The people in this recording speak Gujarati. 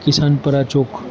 કિસાન પરા ચોક